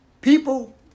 people